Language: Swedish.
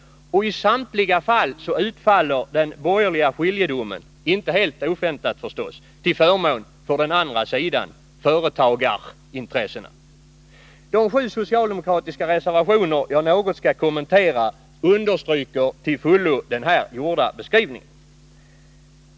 Och i samtliga fall utfaller, inte helt oväntat förstås, den borgerliga skiljedomen till förmån för den andra sidan — företagarintressena. De sju socialdemokratiska reservationer jag något skall kommentera understryker till fullo den här gjorda beskrivningen.